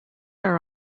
are